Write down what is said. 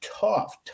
tough